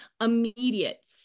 immediate